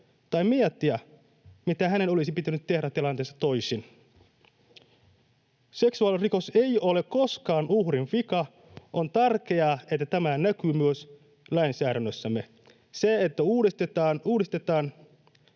tai miettiä, mitä hänen olisi pitänyt tehdä tilanteessa toisin. Seksuaalirikos ei ole koskaan uhrin vika. On tärkeää, että tämä näkyy myös lainsäädännössämme. Se, että uudessa